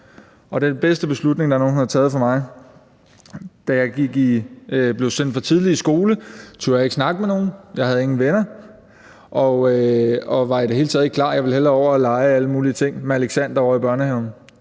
er den bedste beslutning, der er nogen, der har taget for mig. Da jeg blev sendt for tidligt i skole, turde jeg ikke snakke med nogen. Jeg havde ingen venner og var i det hele taget ikke klar. Jeg ville hellere lege alle mulige ting med Alexander ovre i børnehaven.